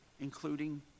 including